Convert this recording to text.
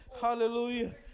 hallelujah